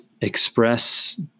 express